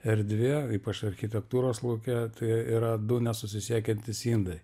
erdvė ypač architektūros lauke tai yra du nesusisiekiantys indai